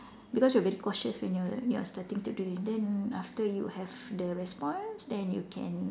because you are a bit cautious when you're you're starting to do and then after you have the response then you can